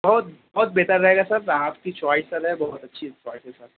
بہت بہت بہتر رہے گا سر آپ کی چوائس سر ہے بہت اچھی چوائس ہے